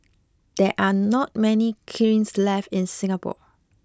there are not many kilns left in Singapore